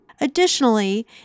Additionally